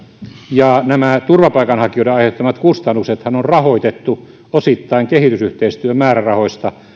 ja nämä turvapaikanhakijoiden aiheuttamat kustannuksethan on rahoitettu osittain kehitysyhteistyömäärärahoista